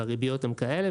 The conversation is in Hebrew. והריביות הן כאלה.